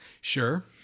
Sure